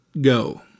go